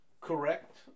Correct